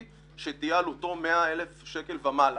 שתהיה עלותו 100,000 שקלים ומעלה.